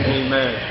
amen